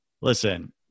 Listen